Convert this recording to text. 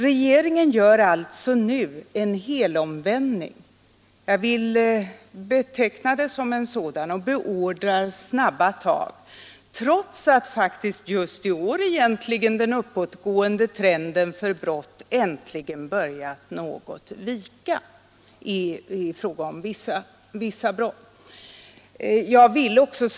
Regeringen gör alltså nu en helomvändning och beordrar snabba tag, trots att faktiskt just i år den uppåtgående trenden för brott äntligen börjat vika något i fråga om vissa brott.